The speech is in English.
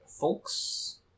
folks